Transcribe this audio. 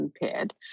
impaired